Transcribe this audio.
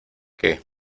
qué